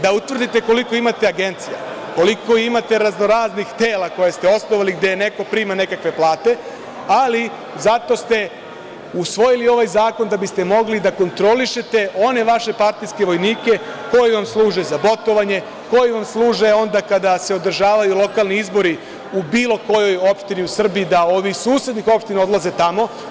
Da utvrdite koliko imate agencija, koliko imate raznoraznih tela koje ste osnovali gde neko prima nekakve plate, ali zato ste usvojili ovaj zakon da biste mogli da kontrolišete one vaše partijske vojnike koji vam služe za botovanje, koji vam služe onda kada se održavaju lokalni izbori u bilo kojoj opštini u Srbiji, da ovi iz susednih opština odlaze tamo.